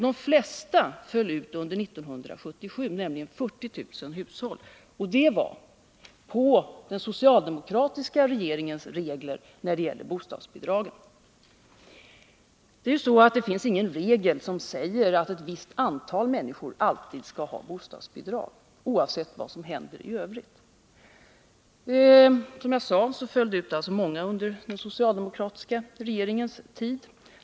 De flesta föll ut under 1977, nämligen 40 000 hushåll, och det var på den socialdemokratiska regeringens regler när det gäller bostadsbidragen. Det finns ju ingen regel som säger att ett visst antal människor alltid skall ha bostadsbidrag, oavsett vad som har hänt i övrigt. Som jag sade föll det ut många under den socialdemokratiska regeringens tid.